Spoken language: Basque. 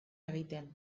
egiten